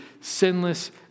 sinless